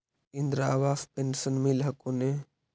इन्द्रा आवास पेन्शन मिल हको ने?